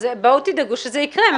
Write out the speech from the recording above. בואו תדאגו שזה יקרה.